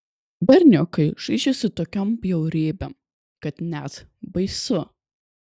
berniukai žaidžia su tokiom bjaurybėm kad net baisu